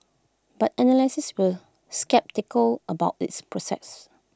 but analysts were sceptical about its process